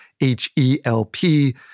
H-E-L-P